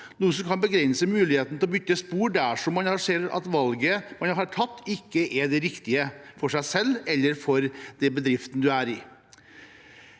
noe som kan begrense muligheten til å bytte spor dersom man ser at valget man har tatt, ikke er det riktige for en selv eller den bedriften man er i.